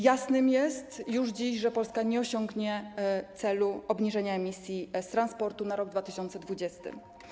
Jasne jest już dziś, że Polska nie osiągnie celu obniżenia emisji z transportu na rok 2020.